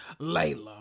Layla